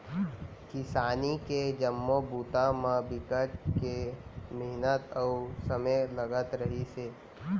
किसानी के जम्मो बूता म बिकट के मिहनत अउ समे लगत रहिस हे